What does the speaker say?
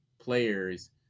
players